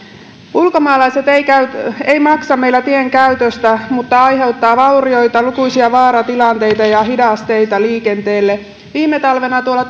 ulkomaalaiset eivät maksa meillä tien käytöstä mutta aiheuttavat vaurioita lukuisia vaaratilanteita ja hidasteita liikenteelle viime talvena tuolla